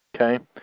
okay